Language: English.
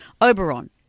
Oberon